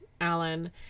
alan